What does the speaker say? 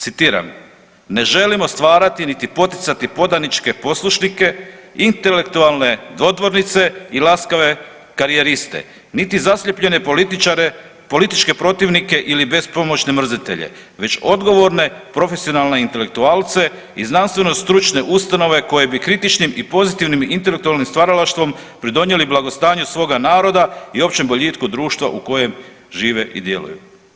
Citiram, ne želimo stvarati niti poticati podaničke poslušnike, intelektualne dodvorice i laskave karijeriste, niti zaslijepljene političare, političke protivnike ili bespomoćne mrzitelje već odgovorne profesionalne intelektualce i znanstveno stručne ustanove koje bi kritičnim i pozitivnim intelektualnim stvaralaštvom pridonijeli blagostanju svoga naroda i općem boljitku društva u kojem žive i djeluju.